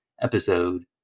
episode